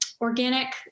organic